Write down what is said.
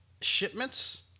shipments